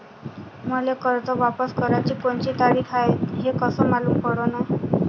मले कर्ज वापस कराची कोनची तारीख हाय हे कस मालूम पडनं?